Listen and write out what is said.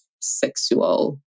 sexual